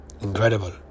incredible